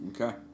Okay